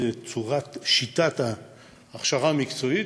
זו שיטת ההכשרה המקצועית,